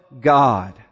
God